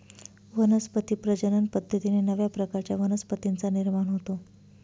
वनस्पती प्रजनन पद्धतीने नव्या प्रकारच्या वनस्पतींचा निर्माण होतो